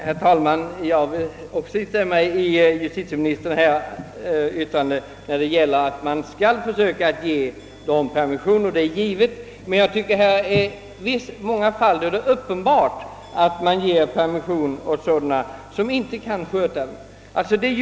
Herr talman! Jag vill instämma i justitieministerns uttalande att man skall bevilja permissioner åt internerna. Det är givet att man skall göra så. Men det är enligt min mening uppenbart att man i många fall ger permission åt sådana som inte kan sköta denna.